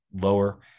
lower